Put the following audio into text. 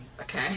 Okay